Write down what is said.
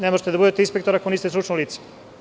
Ne možete da budete inspektor ako niste stručno lice.